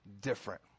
different